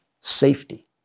safety